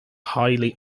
highly